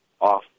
off